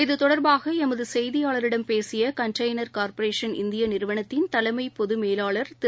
இது தொடர்பாகஎமதுசெய்தியாளரிடம் பேசியகண்டெய்னர் கார்பரேஷன் இந்தியநிறுவனத்தின் தலைமைபொதுமேலாளர் திரு